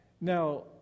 Now